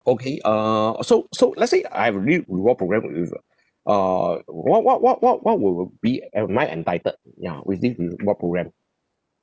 okay err uh so so let's say I have already reward program with uh uh what what what what what would would be am my entitled ya with this re~ reward program